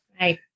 Right